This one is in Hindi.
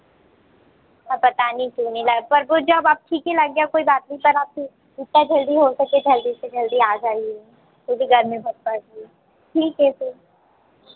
अब पता नही क्यों नहीं लग पर वो जब अब ठीक ही लग गया कोई बात नहीं पर अब जितना जल्दी हो सके जल्दी से जल्दी आ जाइए क्योंकि गर्मी बहुत बढ़ रही है ठीक है फिर